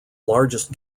largest